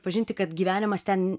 pažinti kad gyvenimas ten